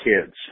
kids